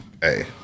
hey